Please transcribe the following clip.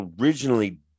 originally